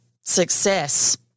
success